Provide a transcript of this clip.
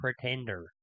pretender